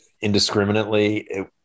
indiscriminately